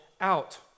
out